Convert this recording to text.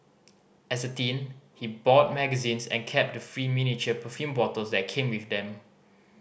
as a teen he bought magazines and kept the free miniature perfume bottles that came with them